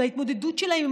על ההתמודדות שלהם עם